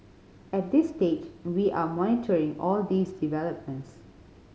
at this stage we are monitoring all these developments